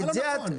מה לא נכון?